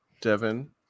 devon